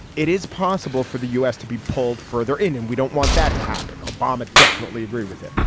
it is possible for the u s. to be pulled further in and we don't want that to happen. obama definitely agree with it.